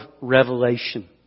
revelation